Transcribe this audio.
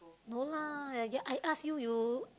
no lah I ask you you